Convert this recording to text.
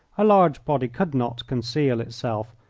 a large body could not conceal itself,